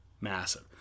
massive